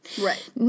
Right